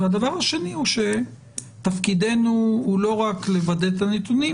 והדבר השני הוא שתפקידנו הוא לא רק לוודא את הנתונים,